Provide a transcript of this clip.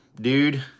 dude